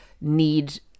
need